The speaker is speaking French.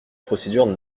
procédure